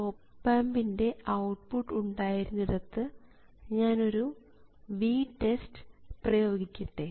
op ആമ്പിൻറെ output ഉണ്ടായിരുന്നിടത്ത് ഞാനൊരു ഒരു VTEST പ്രയോഗിക്കട്ടെ